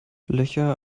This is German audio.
löcher